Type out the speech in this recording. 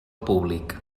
públic